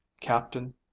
Captain